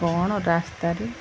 କ'ଣ ରାସ୍ତାରେ